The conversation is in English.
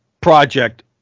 project